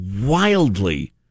wildly